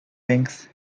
links